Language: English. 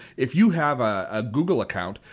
if you have a google account,